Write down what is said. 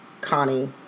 Connie